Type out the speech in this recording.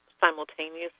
simultaneously